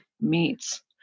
meats